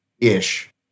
ish